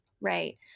Right